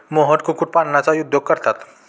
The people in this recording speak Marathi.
मोहन कुक्कुटपालनाचा उद्योग करतात